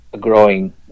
growing